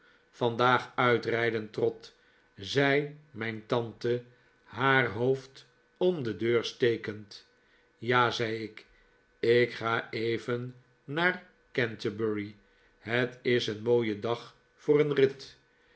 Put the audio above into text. vandaag uit rijden trot zei mijn tante haar hoofd om de deur stekend ja zei ik ik ga even naar canterbury het is een mooie dag voor een rit